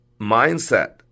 mindset